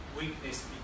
weakness